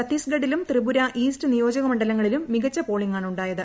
ഛത്തീസ്ഗഡിലും Tripura east നിയോജ മണ്ഡലങ്ങളിലും മികച്ച പോളിംഗാണ് ഉ ായത്